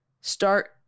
start